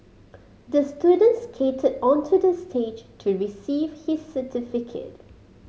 the student skated onto the stage to receive his certificate